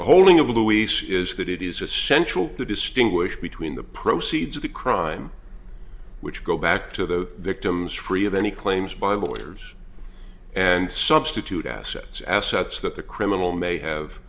holding of luis is that it is essential to distinguish between the proceeds of the crime which go back to the victims free of any claims by lawyers and substitute assets assets that the criminal may have